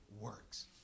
works